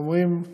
אומרים: